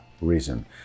reason